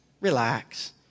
relax